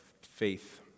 faith